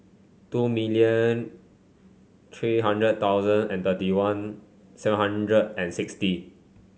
two million three hundred thousand and thirty one seven hundred and sixty